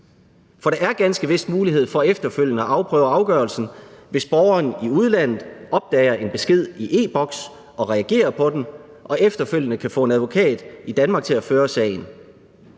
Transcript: For der er ganske vist mulighed for efterfølgende at afprøve afgørelsen, hvis borgeren i udlandet opdager en besked i sin e-Boks, reagerer på den og efterfølgende kan få en advokat i Danmark til at føre sagen.